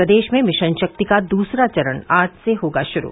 प्रदेश में मिशन शक्ति का दूसरा चरण आज से होगा शुरू